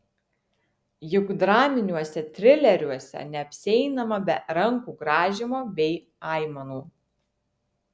juk draminiuose trileriuose neapsieinama be rankų grąžymo bei aimanų